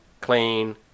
clean